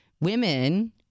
women